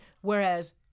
Whereas